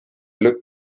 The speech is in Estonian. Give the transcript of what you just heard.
lõpp